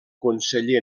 conseller